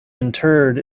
interred